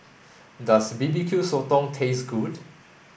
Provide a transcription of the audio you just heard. does B B Q Sotong taste good